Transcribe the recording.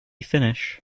finish